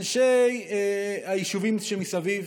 אנשי היישובים שמסביב,